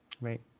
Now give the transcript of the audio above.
right